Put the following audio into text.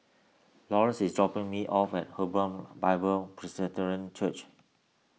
Laurence is dropping me off at Hebron Bible Presbyterian Church